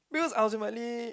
because ultimately